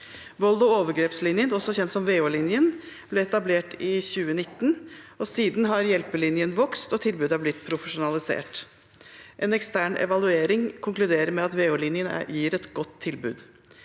Vold- og overgrepslinjen, også kjent som VO-linjen, ble etablert i 2019. Siden har Hjelpelinjen vokst, og tilbudet er blitt profesjonalisert. En ekstern evaluering konkluderer med at VO-linjen gir et godt tilbud.